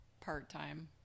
Part-time